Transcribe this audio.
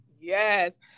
Yes